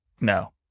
No